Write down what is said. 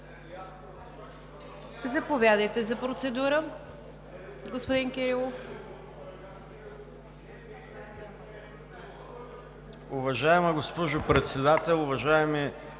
Заповядайте за процедура, господин Кирилов.